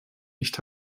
nicht